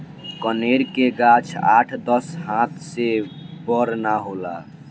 कनेर के गाछ आठ दस हाथ से बड़ ना होला